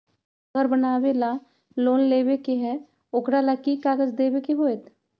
हमरा घर बनाबे ला लोन लेबे के है, ओकरा ला कि कि काग़ज देबे के होयत?